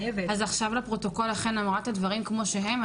אז עכשיו לפרוטוקול אמרת את הדברים כמו שהם.